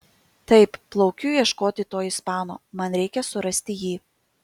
taip plaukiu ieškoti to ispano man reikia surasti jį